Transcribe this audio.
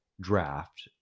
draft